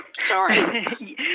Sorry